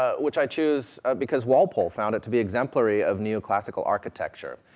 ah which i choose because walpole found it to be exemplary of neoclassical architecture,